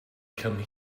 come